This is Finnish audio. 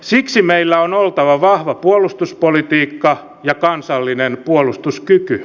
siksi meillä on oltava vahva puolustuspolitiikka ja kansallinen puolustuskyky